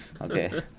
okay